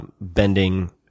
bending